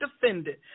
defended